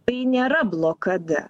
tai nėra blokada